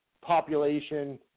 population